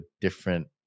different